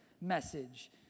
message